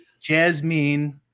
Jasmine